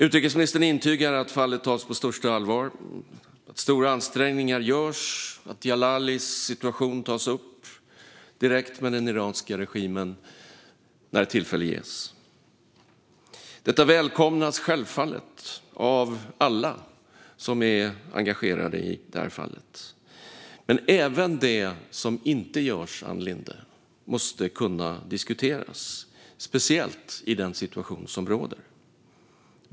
Utrikesministern intygar att fallet tas på största allvar, att stora ansträngningar görs och att Djalalis situation tas upp direkt med den iranska regimen när tillfälle ges. Detta välkomnas självfallet av alla som är engagerade i fallet. Men även det som inte görs, Ann Linde, måste kunna diskuteras, speciellt i den situation som råder.